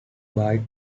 byte